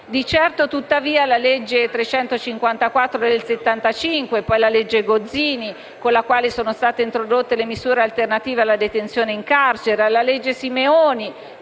a partire dalla legge n. 354 del 1975, poi dalla legge Gozzini, con la quale sono state introdotte le misure alternative alla detenzione in carcere, e dalla legge Simeoni,